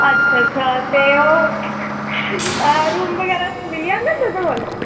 अच्छा अच्छा ते ओह् रूम बगैरा मिली जांगन तुंदे कोल